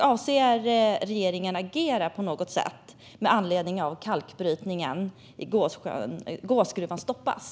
Avser regeringen att agera med anledning av att kalkbrytningen i Gåsgruvan stoppas?